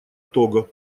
того